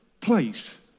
place